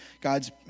God's